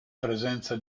presenza